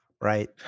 Right